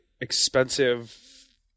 expensive